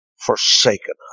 forsaken